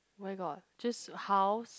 where got just house